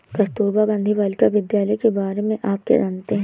कस्तूरबा गांधी बालिका विद्यालय के बारे में आप क्या जानते हैं?